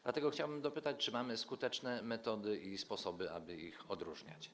Dlatego chciałbym dopytać, czy mamy skutecznie metody i sposoby, aby ich rozróżniać.